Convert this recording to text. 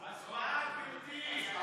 הצבעה, גברתי.